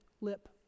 lip